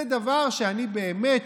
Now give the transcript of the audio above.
זה דבר שבאמת